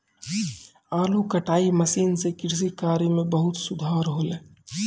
आलू कटाई मसीन सें कृषि कार्य म बहुत सुधार हौले